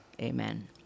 Amen